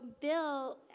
Bill